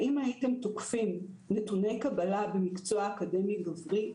האם הייתם תוקפים נתוני קבלה במקצוע אקדמי גברי?